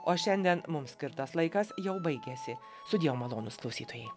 o šiandien mums skirtas laikas jau baigėsi sudieu malonūs klausytojai